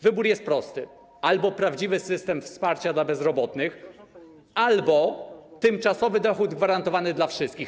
Wybór jest prosty: albo prawdziwy system wsparcia dla bezrobotnych, albo tymczasowy dochód gwarantowany dla wszystkich.